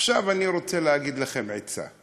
אני רוצה לתת לכם עצה.